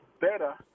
better